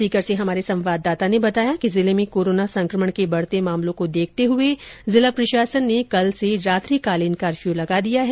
सीकर से हमारे संवाददाता ने बताया कि जिले में कोरोना संकमण के बढ़ते हुए मामलों को देखते हुए जिला प्रशासन ने कल से रात्रिकालीन कर्फ्यू लगा दिया है